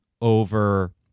over